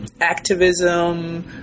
Activism